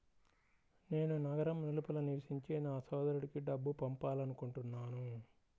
నేను నగరం వెలుపల నివసించే నా సోదరుడికి డబ్బు పంపాలనుకుంటున్నాను